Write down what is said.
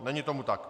Není tomu tak.